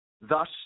Thus